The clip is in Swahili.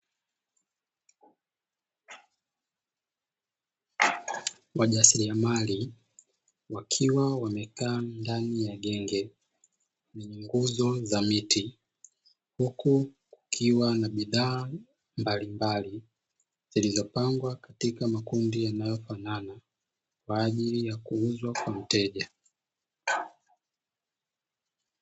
Wajasiriamali wakiwa wamekaa ndani ya genge nguzo za miti, huku kukiwa na bidhaa mbalimbali zilizopangwa katika makundi yanayo fanana kwa ajili ya kuuzwa kwa mteja.